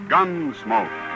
Gunsmoke